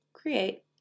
Create